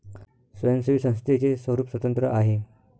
स्वयंसेवी संस्थेचे स्वरूप स्वतंत्र आहे